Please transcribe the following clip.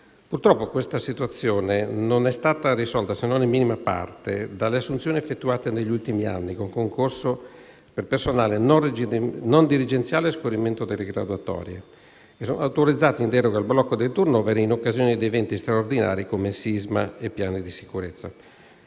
Purtroppo questa situazione non è stata risolta, se non se non in minima parte, dalle assunzioni effettuate negli ultimi anni con concorso per personale non dirigenziale a scorrimento delle graduatorie, autorizzato in deroga al blocco del *turn-over* in occasione di eventi straordinari come sisma e piani di sicurezza.